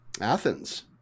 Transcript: Athens